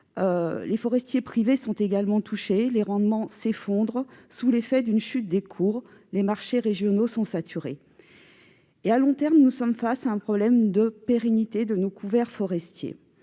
Les forestiers privés sont également touchés : les rendements s'effondrent sous l'effet d'une chute des cours, et les marchés régionaux sont saturés. À long terme, nous sommes face à un problème de pérennité de nos couverts forestiers.